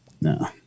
No